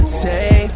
take